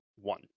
one